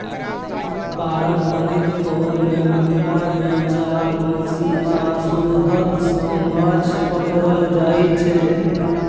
पारंपरिक तौर मे मिथिला मे जाल, बंशी आ सोहथ सँ माछ पकरल जाइ छै